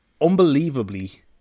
unbelievably